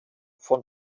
von